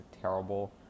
terrible